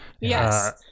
Yes